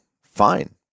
fine